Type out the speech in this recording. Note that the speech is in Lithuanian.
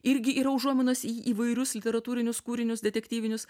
irgi yra užuominos į įvairius literatūrinius kūrinius detektyvinius